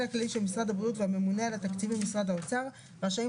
הכללי של משרד הבריאות והממונה על התקציבים במשרד האוצר רשאים